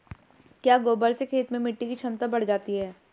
क्या गोबर से खेत में मिटी की क्षमता बढ़ जाती है?